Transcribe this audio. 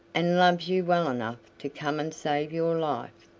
and loves you well enough to come and save your life.